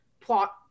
plot